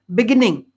beginning